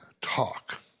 talk